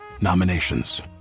nominations